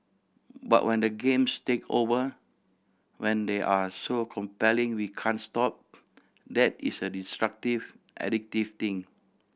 but when the games take over when they are so compelling we can't stop that is a destructive addictive thing